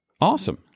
Awesome